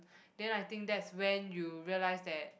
then I think that's when you realise that